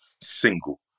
single